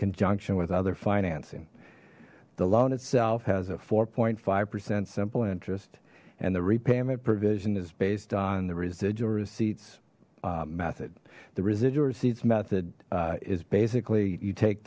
conjunction with other financing the loan itself has a four five percent simple interest and the repayment provision is based on the residual receipts method the residual receipts method is basically you take